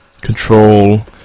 control